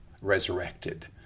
resurrected